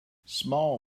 small